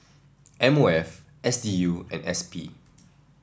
M O F S D U and S P